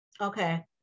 Okay